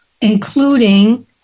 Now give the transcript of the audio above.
including